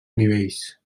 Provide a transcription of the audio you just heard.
nivells